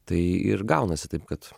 tai ir gaunasi taip kad